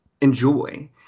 enjoy